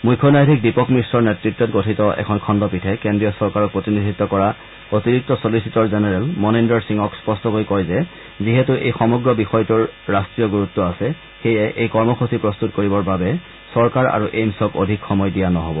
মুখ্য ন্যায়ধীশ দীপক মিশ্ৰৰ নেত়ত্বত গঠিত এখন খণ্ড পীঠে কেজ্ৰীয় চৰকাৰক প্ৰতিনিধিত্ব কৰা অতিৰিক্ত ছলিচিটৰ জেনেৰেল মনিন্দৰ সিঙক স্পষ্টকৈ কয় যে যিহেতু এই সমগ্ৰ বিষয়টোৰ ৰাষ্টীয় গুৰুত্ব আছে সেয়ে এই কৰ্মসূচী প্ৰস্তত কৰিবৰ বাবে চৰকাৰ আৰু এইমছক অধিক সময় দিয়া নহ'ব